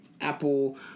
Apple